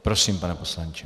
Prosím, pane poslanče.